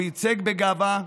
הוא ייצג בגאווה,